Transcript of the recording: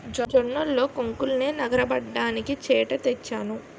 జొన్నల్లో కొంకుల్నె నగరబడ్డానికి చేట తెచ్చాను